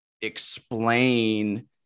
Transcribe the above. explain